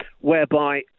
whereby